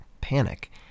panic